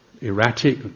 erratic